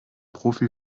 profi